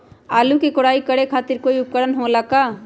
आलू के कोराई करे खातिर कोई उपकरण हो खेला का?